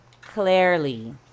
Clearly